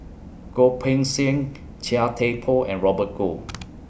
Goh Poh Seng Chia Thye Poh and Robert Goh